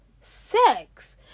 sex